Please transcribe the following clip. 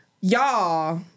Y'all